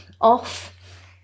off